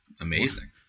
amazing